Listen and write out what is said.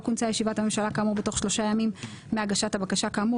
לא כונסה הממשלה כאמור בתוך שלושה ימים מהגשת הבקשה כאמור